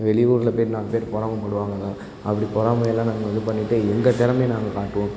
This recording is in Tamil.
வெளியூரில் போய்விட்டு நாலு பேர் பொறாமைப்படுவாங்க எல்லாம் அப்படி பொறாமையெலாம் நாங்கள் இது பண்ணிவிட்டு எங்கள் திறமைய நாங்கள் காட்டுவோம்